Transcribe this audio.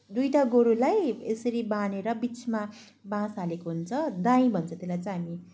दुईवटा गोरुलाई यसरी बाँधेर बिचमा बाँस हालेको हुन्छ दाइँ भन्छौँ त्यसलाई चाहिँ हामी